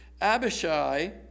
Abishai